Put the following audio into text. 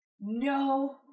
No